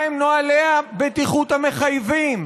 מהם נוהלי הבטיחות המחייבים,